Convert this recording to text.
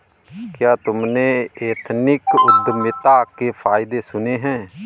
क्या तुमने एथनिक उद्यमिता के फायदे सुने हैं?